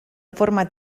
forma